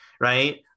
right